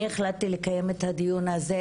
אני החלטתי לקיים את הדיון הזה,